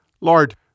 Lord